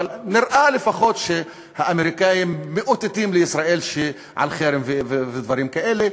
אבל נראה לפחות שהאמריקנים מאותתים לישראל על חרם ודברים כאלה.